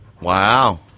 Wow